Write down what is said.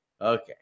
Okay